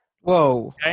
Whoa